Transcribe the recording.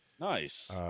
Nice